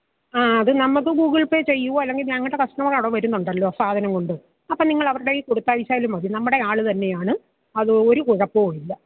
ആ അത് നമുക്ക് ഗൂഗിൾ പേ ചെയ്യൂ അല്ലെങ്കിൽ ഞങ്ങളുടെ കസ്റ്റമർ അവിടെ വരുന്നുണ്ടല്ലോ സാധനം കൊണ്ട് അപ്പം നിങ്ങളവരുടെ കയ്യിൽ കൊടുത്തയച്ചാലും മതി നമ്മുടെ ആൾ തന്നെയാണ് അത് ഒരു കുഴപ്പവുമില്ല